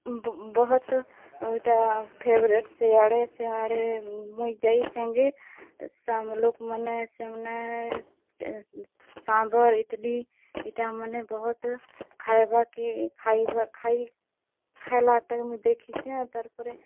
ବହୁତ୍ ଇଟା ଫେବ୍ରେଟ୍ ସିଆଡ଼େ ସିଆଡ଼େ ମୁଁଇ ଯାଇଚେଁ ଯେ ସାଙ୍ଗେ ସବ୍ ଲୋକ୍ ମାନେ ସେମାନେ ସାମ୍ୱର୍ ଇଟିଲି ଇଟାମାନେ ବହୁତ୍ ଖାଏବାକେ ଖାଏବା ଖାଇ ଖାଇଲାଟା କେ ମୁଇଁ ଦେଖିଛି ଆଉ ତାର୍ ପରେ